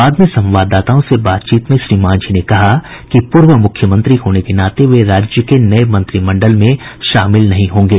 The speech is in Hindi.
बाद में संवाददाताओं से बातचीत में श्री मांझी ने कहा कि पूर्व मूख्यमंत्री होने के नाते वे राज्य के नए मंत्रिमंडल में शामिल नहीं होंगे